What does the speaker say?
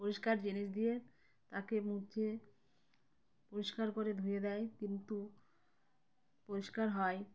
পরিষ্কার জিনিস দিয়ে তাকে মুছে পরিষ্কার করে ধুয়ে দেয় কিন্তু পরিষ্কার হয়